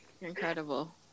Incredible